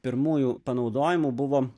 pirmųjų panaudojimų buvo